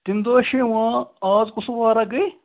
تَمہِ دۄہہ چھِ یِوان اَز کُس وارا گٔے